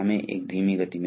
तो हम यह दिखाएंगे